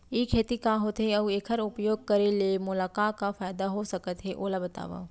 ई खेती का होथे, अऊ एखर उपयोग करे ले मोला का का फायदा हो सकत हे ओला बतावव?